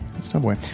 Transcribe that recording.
subway